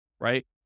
right